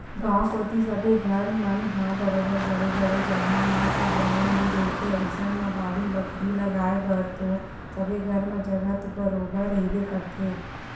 गाँव कोती सबे घर मन ह बरोबर बड़े बड़े जघा म तो बने ही रहिथे अइसन म बाड़ी बखरी लगाय बर तो सबे घर म जघा तो बरोबर रहिबे करथे